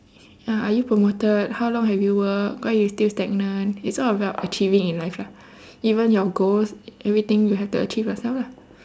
uh are you promoted how long have you worked why you still stagnant it's all about achieving in life lah even your goals everything you have to achieve yourself lah